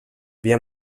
via